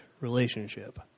relationship